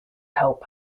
help